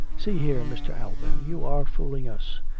see here, mr. alban. you are fooling us.